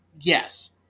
Yes